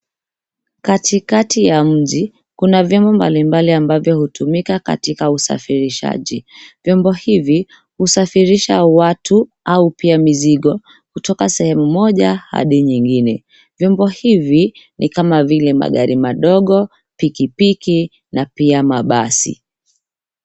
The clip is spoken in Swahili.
Katikati ya mji kuna vyombo mbalimbali ambavyo hutumika katika usafirishaji. Vyombo hivi ushafirisha watu au pia mizigo kutoka sehemu moja hadi nyingine. Vyombo hivi ni kama vile magari madogo, pikipiki na pia mabasi.